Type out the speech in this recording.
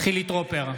חילי טרופר,